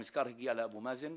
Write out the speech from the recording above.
המזכר הגיע לאבו מאזן,